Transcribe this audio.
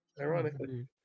Ironically